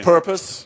purpose